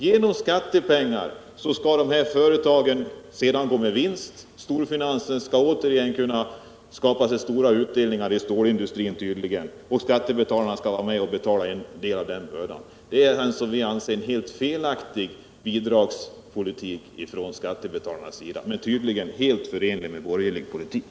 Genom skattepengar skall dessa företag sedan gå med vinst, storfinansen skall återigen kunna skaffa sig stora utdelningar i stålindustrin, och skattebetalarna skall vara med att betala en del av den bördan. Det är en som vi anser helt felaktig bidragspolitik från skattebetalarnas sida. Men tydligen är den helt förenlig med borgerlig politik.